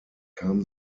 bekam